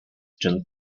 june